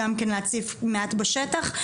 גם להציף מעט בשטח.